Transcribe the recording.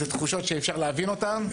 אלו תחושות שאפשר להבין אותן,